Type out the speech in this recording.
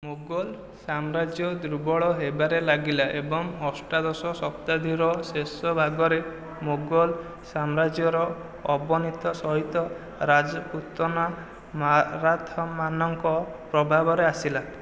ମୋଗଲ ସାମ୍ରାଜ୍ୟ ଦୁର୍ବଳ ହେବାରେ ଲାଗିଲା ଏବଂ ଅଷ୍ଟାଦଶ ଶତାବ୍ଦୀର ଶେଷ ଭାଗରେ ମୋଗଲ ସାମ୍ରାଜ୍ୟର ଅବନତି ସହିତ ରାଜପୁତନା ମରାଠା ମାନଙ୍କ ପ୍ରଭାବରେ ଆସିଲା